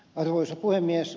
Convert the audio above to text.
arvoisa puhemies